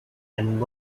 and